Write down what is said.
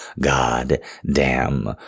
goddamn